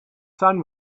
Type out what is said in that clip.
sun